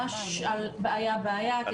ממש בעיה, בעיה, כדי לראות אם נתן את המענים.